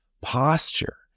posture